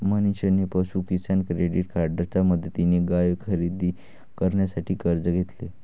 मनीषने पशु किसान क्रेडिट कार्डच्या मदतीने गाय खरेदी करण्यासाठी कर्ज घेतले